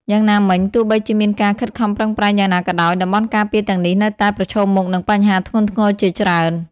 យ៉ាងណាមិញ ទោះបីជាមានការខិតខំប្រឹងប្រែងយ៉ាងណាក៏ដោយ តំបន់ការពារទាំងនេះនៅតែប្រឈមមុខនឹងបញ្ហាធ្ងន់ធ្ងរជាច្រើន។